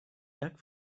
tak